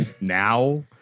now